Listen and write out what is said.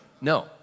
No